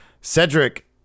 Cedric